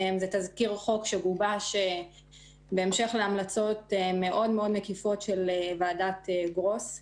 זה תזכיר חוק שגובש בהמשך להמלצות מאוד-מאוד מקיפות של ועדת גרוס,